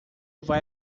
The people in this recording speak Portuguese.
vai